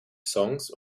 songs